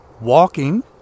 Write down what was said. walking